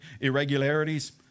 irregularities